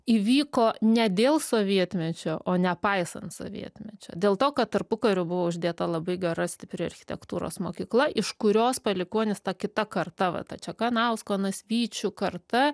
įvyko ne dėl sovietmečio o nepaisant sovietmečio dėl to kad tarpukariu buvo uždėta labai gera stipri architektūros mokykla iš kurios palikuonys ta kita karta va ta čekanausko nasvyčių karta